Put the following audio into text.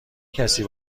کسی